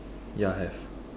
ya have